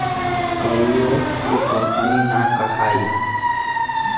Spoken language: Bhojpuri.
कभियो उ कंपनी ना कहाई